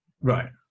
Right